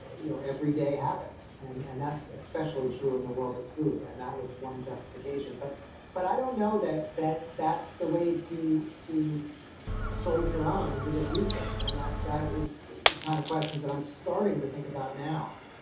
you know, everyday habits. and and that's especially true in the world of food. and that was one justification. but but i don't know that that that's the way to to soldier on into the future and that that is the kind of questions that i'm starting to think about now.